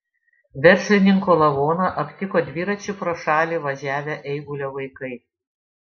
verslininko lavoną aptiko dviračiu pro šalį važiavę eigulio vaikai